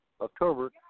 October